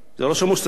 הרמטכ"ל,